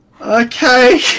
Okay